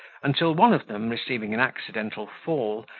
until one of them receiving an accidental fall,